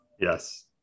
Yes